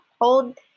hold